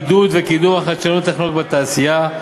עידוד וקידום החדשנות הטכנולוגית בתעשייה,